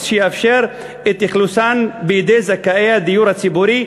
שיאפשר את אכלוסן בידי זכאי הדיור הציבורי,